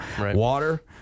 water